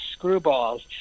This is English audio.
screwballs